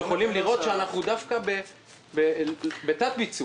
אנחנו יכולים לראות שמבחינת אגרות אנחנו דווקא בתת-ביצוע.